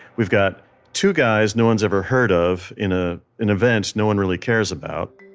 we've got two guys no one has ever heard of in ah an event no one really cares about.